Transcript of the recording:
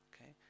Okay